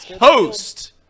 host